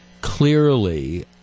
clearly